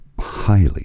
highly